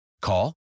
Call